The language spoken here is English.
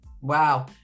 Wow